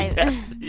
ah yes.